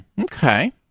Okay